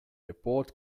report